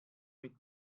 mit